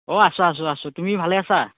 অ আছোঁ আছোঁ আছোঁ তুমি ভালে আছা